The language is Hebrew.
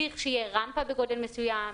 צריך שתהיה רמפה בגודל מסוים,